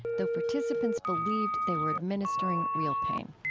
though participants believed they were administering real pain